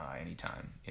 anytime